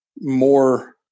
more